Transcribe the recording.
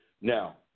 Now